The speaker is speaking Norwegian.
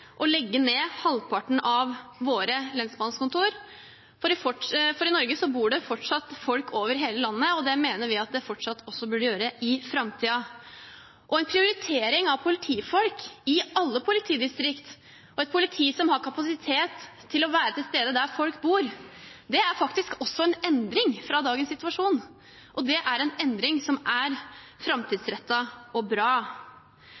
og legge ned halvparten av våre lensmannskontorer, for i Norge bor det folk over hele landet, og det mener vi at det fortsatt også burde gjøre i framtiden. En prioritering av politifolk i alle politidistrikter og et politi som har kapasitet til å være til stede der folk bor, er faktisk også en endring fra dagens situasjon, og det er endring som er framtidsrettet og bra.